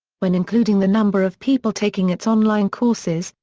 when including the number of people taking its online courses,